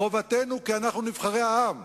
חובתנו כי אנחנו נבחרי העם,